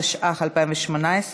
התשע"ח 2018,